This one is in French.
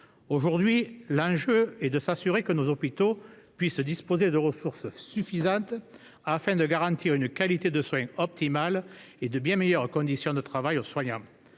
L'enjeu actuel est de s'assurer que nos hôpitaux puissent disposer de ressources suffisantes afin de garantir une qualité de soins optimale et de bien meilleures conditions de travail aux soignants.